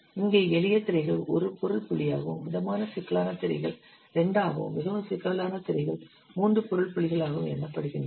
இங்கே எளிய திரைகள் 1 பொருள் புள்ளியாகவும் மிதமான சிக்கலான திரைகள் 2 ஆகவும் மிகவும் சிக்கலான திரைகள் 3 பொருள் புள்ளிகளாகவும் எண்ணப்படுகின்றன